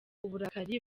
uburakari